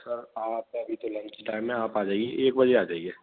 sir आपका अभी तो लंच टाइम है आप आ जाइए एक बजे आ जाइए